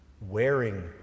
wearing